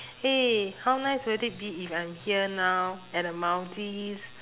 !hey! how nice would it be if I'm here now at the maldives